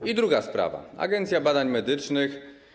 I druga sprawa: Agencja Badań Medycznych.